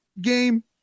game